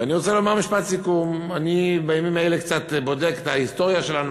אני רוצה לומר משפט סיכום: אני בימים האלה קצת בודק את ההיסטוריה שלנו,